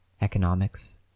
economics